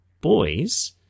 boys